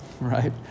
right